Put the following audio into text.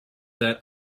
that